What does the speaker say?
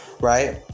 right